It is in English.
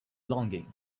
longing